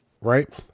Right